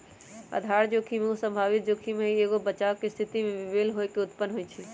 आधार जोखिम उ संभावित जोखिम हइ जे एगो बचाव के स्थिति में बेमेल होय से उत्पन्न होइ छइ